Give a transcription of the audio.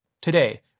today